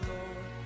Lord